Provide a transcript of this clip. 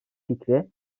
fikri